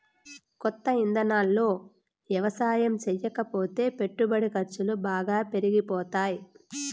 కొత్త ఇదానాల్లో యవసాయం చేయకపోతే పెట్టుబడి ఖర్సులు బాగా పెరిగిపోతాయ్